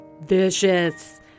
Vicious